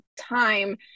time